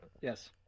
Yes